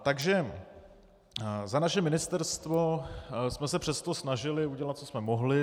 Takže za naše ministerstvo jsme se přesto snažili udělat, co jsme mohli.